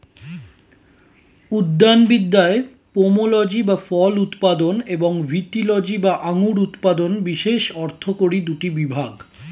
উদ্যানবিদ্যায় পোমোলজি বা ফল উৎপাদন এবং ভিটিলজি বা আঙুর উৎপাদন বিশেষ অর্থকরী দুটি বিভাগ